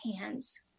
hands